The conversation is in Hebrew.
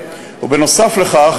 ונוסף על כך,